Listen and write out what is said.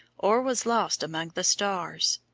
or was lost among the stars.